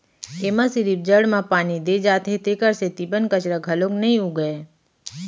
एमा सिरिफ जड़ म पानी दे जाथे तेखर सेती बन कचरा घलोक नइ उगय